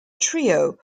trio